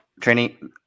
training